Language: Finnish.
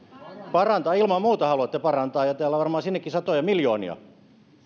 parantaa ilman muuta haluatte parantaa ja teillä on varmaan sinnekin satoja miljoonia